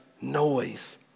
noise